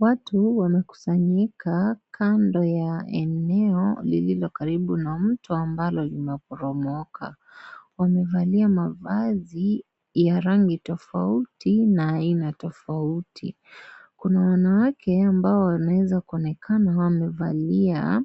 Watu wamekusanyika kando ya eneo lililo karibu na mto ambalo linaporomoka. Wamevalia mavazi ya rangi tofauti na aina tofauti. Kuna wanawake ambao wanaweza kuonekana. Wamevalia